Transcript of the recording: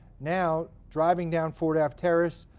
now, driving down ford ave terrace,